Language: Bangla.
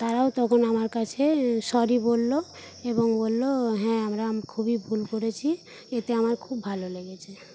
তারাও তখন আমার কাছে সরি বলল এবং বলল হ্যাঁ আমরা আম খুবই ভুল করেছি এতে আমার খুব ভালো লেগেছে